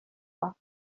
pas